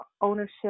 ownership